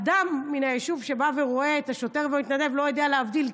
אדם מן היישוב שבא ורואה את השוטר והמתנדב לא יודע להבדיל,